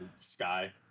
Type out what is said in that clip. sky